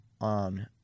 on